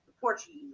Portuguese